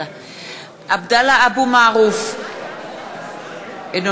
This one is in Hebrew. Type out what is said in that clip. (קוראת בשמות חברי הכנסת) עבדאללה אבו מערוף,